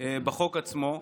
בחוק עצמו.